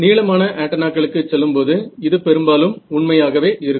நீளமான ஆன்டென்னாக்களுக்கு செல்லும்போது இது பெரும்பாலும் உண்மையாகவே இருக்கும்